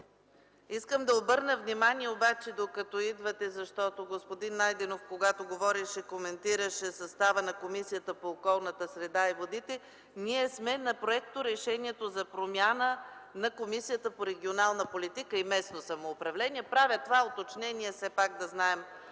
Искам да обърна внимание, докато идвате, защото господин Найденов, когато говореше, коментираше състава на Комисията по околната среда и водите, че ние сме на проекторешението за промяна на Комисията по регионална политика и местно самоуправление. Правя това уточнение, за да знаем,